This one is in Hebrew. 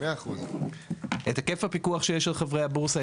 100%. את היקף הפיקוח שיש על חברי הבורסה,